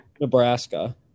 Nebraska